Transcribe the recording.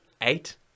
eight